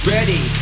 Ready